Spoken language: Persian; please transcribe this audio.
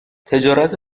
تجارت